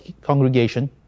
congregation